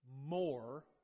more